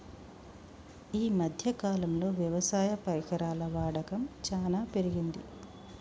ఈ మధ్య కాలం లో వ్యవసాయ పరికరాల వాడకం చానా పెరిగింది